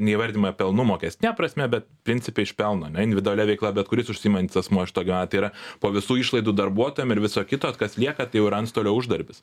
neįvardijama pelnu mokestine prasme bet principe iš pelno ane individualia veikla bet kuris užsiimantis asmuo iš to gyvena tai yra po visų išlaidų darbuotojam ir viso kito kas lieka tai yra antstolio uždarbis